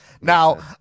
Now